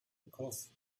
because